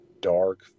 dark